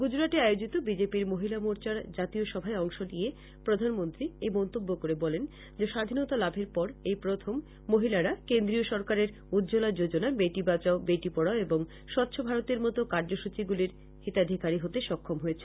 গুজরাটে আয়োজিত B J P র মহিলা মোর্চার জাতীয় সভায় অংশ নিয়ে প্রধানমন্ত্রী এই মন্তব্য করে বলেন যে স্বাধীনতা লাভের পর এই প্রথম মহিলারা কেন্দ্রীয় সরকারের উজ্জ্বলা যোজনা বেটি বাচাও বেটি পড়াও এবং স্বচ্ছ ভারতের মত কার্য্যসূচী গুলির হিতাধিকারী হতে সক্ষম হয়েছেন